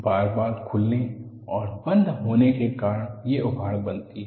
बार बार खुलने और बंद होने के कारण ये उभाड़ बनती हैं